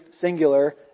singular